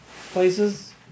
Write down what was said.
places